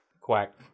Quack